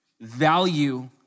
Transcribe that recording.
value